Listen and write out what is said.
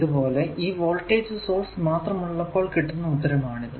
അതുപോലെ ഈ voltage source മാത്രം ഉള്ളപ്പോൾ കിട്ടുന്ന ഉത്തരമാണ് ഇത്